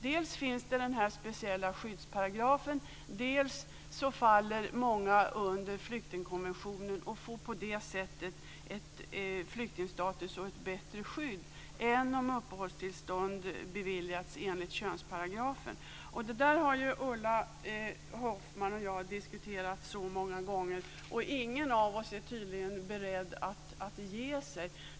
Dels finns den speciella skyddsparagrafen, dels faller många under flyktingkonventionen och får på det sättet flyktingstatus och ett bättre skydd än om uppehållstillstånd beviljas enligt könsparagrafen. Det där har Ulla Hoffmann och jag diskuterat så många gånger, och ingen av oss är tydligen beredd att ge sig.